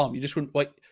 um you just wouldn't wait.